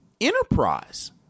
enterprise